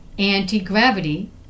Anti-gravity